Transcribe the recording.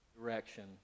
direction